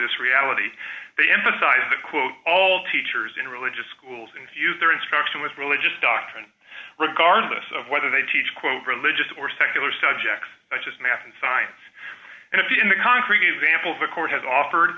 this reality they emphasize that quote all teachers in religious schools and use their instruction with religious doctrine regardless of whether they teach quote religious or secular subjects such as math and science and if you in the concrete example of the courses offered